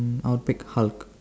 I would pick Hulk